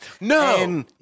No